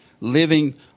living